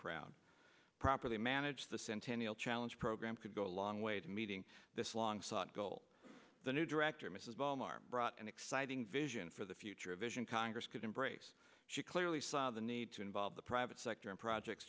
proud properly manage the centennial challenge program could go a long way to meeting this long sought goal the new director mrs vollmer brought an exciting vision for the future a vision congress could embrace she clearly saw the need to involve the private sector in projects